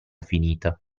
finita